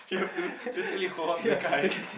you have to literally hold on to the car and